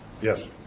Yes